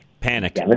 panicked